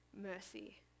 mercy